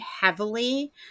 heavily